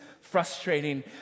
frustrating